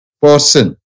person